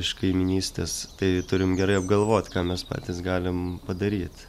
iš kaimynystės tai turim gerai apgalvot ką mes patys galim padaryt